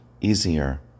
easier